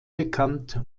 bekannt